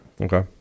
Okay